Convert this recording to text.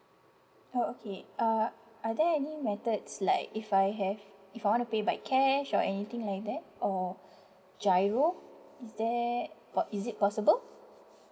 oh okay uh are there any methods like if I have if I wanna pay by cash or anything like that or giro is there or is it possible